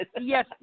Yes